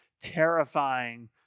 terrifying